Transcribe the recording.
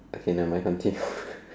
okay never mind continue